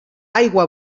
aigua